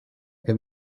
que